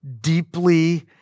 deeply